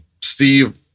Steve